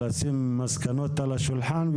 לשים מסקנות על השולחן,